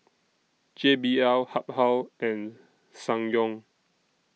J B L Habhal and Ssangyong